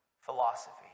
philosophy